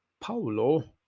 paulo